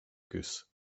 goose